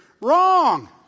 Wrong